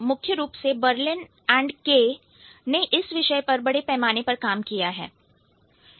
और मुख्य रूप से Berlin बर्लिन और Kay के ने इस विषय पर बड़े पैमाने पर काम किया है